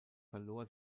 verlor